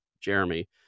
Jeremy